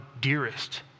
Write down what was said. dearest